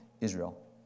Israel